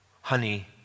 honey